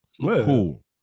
cool